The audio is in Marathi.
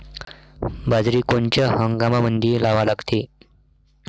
बाजरी कोनच्या हंगामामंदी लावा लागते?